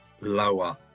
lower